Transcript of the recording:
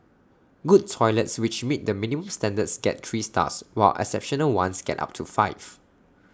good toilets which meet the minimum standards get three stars while exceptional ones get up to five